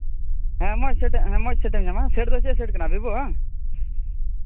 ᱦᱮᱸ ᱢᱚᱡᱽ ᱥᱮᱴ ᱢᱚᱡᱽ ᱥᱮᱴ ᱮᱢ ᱧᱟᱢᱟ ᱥᱮᱴ ᱫᱚ ᱪᱮᱫ ᱥᱮᱴ ᱠᱟᱱᱟ ᱵᱷᱤᱵᱳ ᱦᱮᱸᱵᱟᱝ